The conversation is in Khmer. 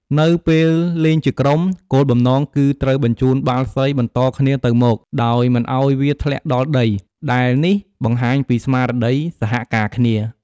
នៅពេលលេងជាក្រុម គោលបំណងគឺត្រូវបញ្ជូនបាល់សីបន្តគ្នាទៅមក ដោយមិនឱ្យវាធ្លាក់ដល់ដី ដែលនេះបង្ហាញពីស្មារតីសហការគ្នា ។